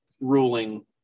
ruling